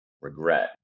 regret